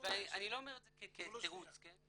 אני לא אומר את זה כתירוץ, כן?